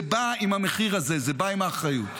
זה בא עם המחיר הזה, זה בא עם האחריות.